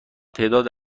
تعداد